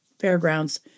fairgrounds